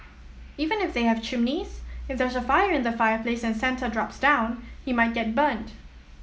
even if they have chimneys if there's a fire in the fireplace and Santa drops down he might get burnt